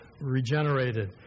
Regenerated